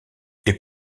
est